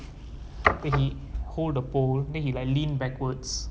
then he hold the pole then he like leaned backwards